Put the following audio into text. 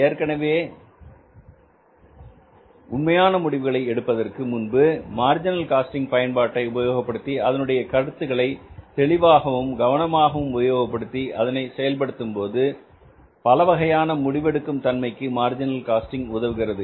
எனவே உண்மையான முடிவுகளை எடுப்பதற்கு முன்பு மார்ஜினல் காஸ்டிங் பயன்பாட்டை உபயோகப்படுத்தி அதனுடைய கருத்துக்களை தெளிவாகவும் கவனமாகவும் உபயோகப்படுத்தி அதனை செயல்படுத்தும்போது பலவகையான முடிவெடுக்கும் தன்மைக்கு மார்ஜினல் காஸ்டிங் உதவுகிறது